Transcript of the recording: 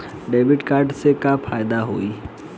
Debit card से का फायदा होई?